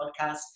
podcast